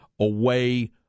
away